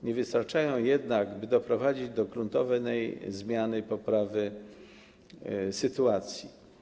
Nie wystarczają one jednak, by doprowadzić do gruntownej zmiany i poprawy sytuacji.